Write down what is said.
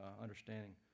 understanding